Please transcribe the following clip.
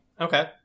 Okay